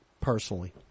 personally